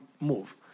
move